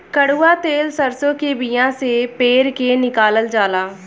कड़ुआ तेल सरसों के बिया से पेर के निकालल जाला